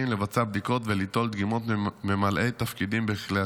לבצע בדיקות וליטול דגימות מממלאי תפקידים בכלי שיט,